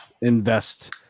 invest